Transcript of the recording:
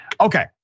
Okay